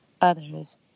others